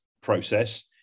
process